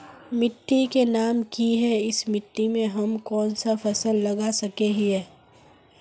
मिट्टी के नाम की है इस मिट्टी में हम कोन सा फसल लगा सके हिय?